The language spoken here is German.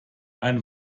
ein